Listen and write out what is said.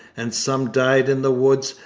and some died in the woods,